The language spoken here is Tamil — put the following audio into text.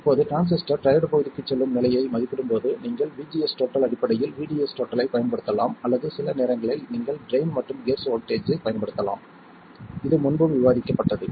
இப்போது டிரான்சிஸ்டர் ட்ரையோட் பகுதிக்குச் செல்லும் நிலையை மதிப்பிடும் போது நீங்கள் VGS அடிப்படையில் VDS ஐப் பயன்படுத்தலாம் அல்லது சில நேரங்களில் நீங்கள் ட்ரைன் மற்றும் கேட் வோல்ட்டேஜ்களைப் பயன்படுத்தலாம் இது முன்பும் விவாதிக்கப்பட்டது